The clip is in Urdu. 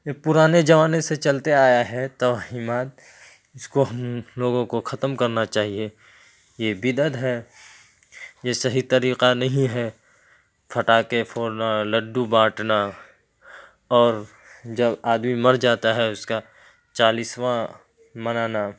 یہ پرانے زمانے سے چلتے آیا ہے توہمات اس کو ہم لوگوں کو ختم کرنا چاہیے یہ بدعت ہے یہ صحیح طریقہ نہیں ہے پٹاخے پھوڑنا لڈو بانٹنا اور جب آدمی مر جاتا ہے اس کا چالیسواں منانا